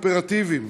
אופרטיביים,